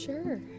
Sure